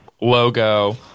logo